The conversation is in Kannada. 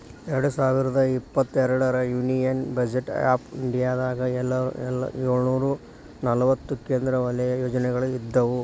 ಎರಡ್ ಸಾವಿರದ ಇಪ್ಪತ್ತೆರಡರ ಯೂನಿಯನ್ ಬಜೆಟ್ ಆಫ್ ಇಂಡಿಯಾದಾಗ ಏಳುನೂರ ನಲವತ್ತ ಕೇಂದ್ರ ವಲಯ ಯೋಜನೆಗಳ ಇದ್ವು